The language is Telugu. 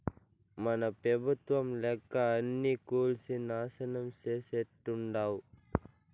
మన పెబుత్వం లెక్క అన్నీ కూల్సి నాశనం చేసేట్టుండావ్